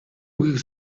үгийг